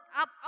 up